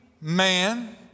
man